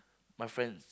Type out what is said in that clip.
my friends